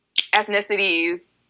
ethnicities